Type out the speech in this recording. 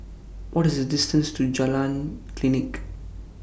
What IS The distance to Jalan Klinik